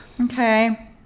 Okay